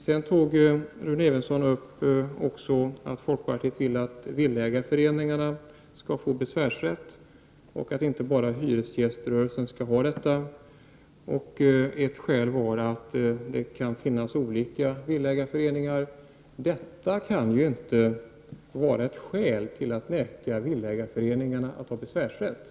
Rune Evensson tog även upp folkpartiets förslag om att villaägareföreningarna skall få besvärsrätt och att inte bara hyresgäströrelsen skall ha denna rätt. Ett skäl är att det kan finnas olika villaägareföreningar. Det kan ju inte vara ett skäl till att neka villaägareföreningarna besvärsrätt.